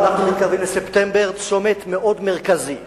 אנחנו מתקרבים לספטמבר, צומת מרכזי מאוד.